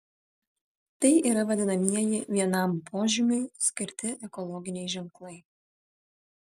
tai yra vadinamieji vienam požymiui skirti ekologiniai ženklai